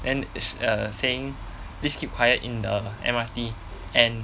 and is err saying please keep quiet in the M_R_T and